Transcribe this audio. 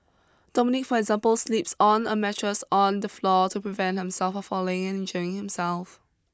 Dominic for example sleeps on a mattress on the floor to prevent himself from falling and injuring himself